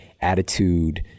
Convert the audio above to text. attitude